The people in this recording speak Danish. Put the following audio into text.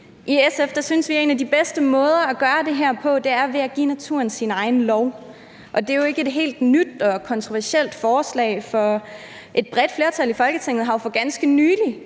I SF synes vi, at en af de bedste måder at gøre det her på er ved at give naturen sin egen lov, og det er jo ikke et helt nyt og kontroversielt forslag, for et bredt flertal i Folketinget har jo for ganske nylig